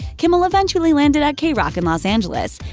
kimmel eventually landed at kroq in los angeles,